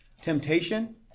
temptation